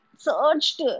Searched